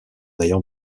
ayant